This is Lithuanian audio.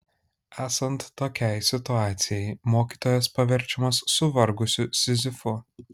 esant tokiai situacijai mokytojas paverčiamas suvargusiu sizifu